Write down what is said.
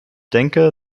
denke